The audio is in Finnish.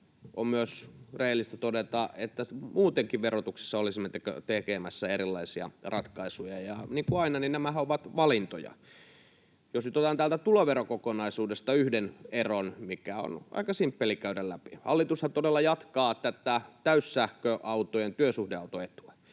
on rehellistä myös todeta, että muutenkin verotuksessa olisimme tekemässä erilaisia ratkaisuja. Niin kuin aina, nämähän ovat valintoja. Jos nyt otan täältä tuloverokokonaisuudesta yhden eron, mikä on aika simppeli käydä läpi: Hallitushan todella jatkaa tätä täyssähköautojen työsuhdeautoetua,